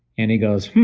and he goes,